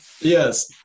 Yes